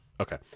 Okay